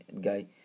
guy